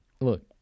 Look